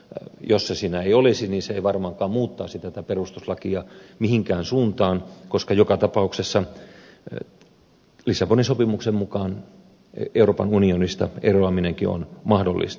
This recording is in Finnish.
jos se siinä ei olisi niin se ei varmaankaan muuttaisi tätä perustuslakia mihinkään suuntaan koska joka tapauksessa lissabonin sopimuksen mukaan euroopan unionista eroaminenkin on mahdollista